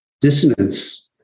Dissonance